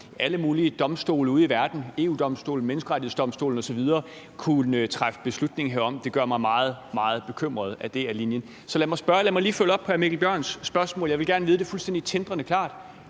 alle mulige domstole ude i verden, f.eks. EU-Domstolen og Menneskerettighedsdomstolen osv., træffe beslutning herom. Det gør mig meget, meget bekymret, at det er linjen. Så lad mig lige følge op på hr. Mikkel Bjørns spørgsmål. Jeg vil gerne vide det fuldstændig tindrende klart.